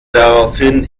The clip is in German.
daraufhin